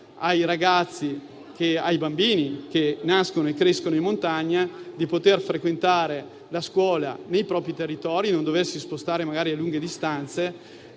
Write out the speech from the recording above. ai bambini che nascono e crescono in montagna di poter frequentare la scuola nei propri territori e non doversi spostare magari a lunghe distanze.